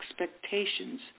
expectations